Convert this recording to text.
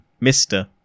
Mister